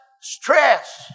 stress